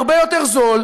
הרבה יותר זול,